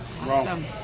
awesome